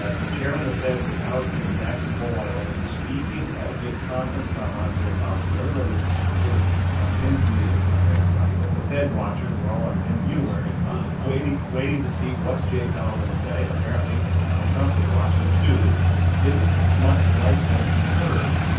ah the chairman of the fed was out in jackson hole, wyo, um and speaking at a big conference about monetary policy. everybody was sort of on pins and needles. well, not everybody. but the fed watchers were all on pins and needles. you were. it's fine. ok. waiting to see what's jay powell going to say. apparently, donald trump was watching, too didn't much like what he heard.